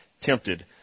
tempted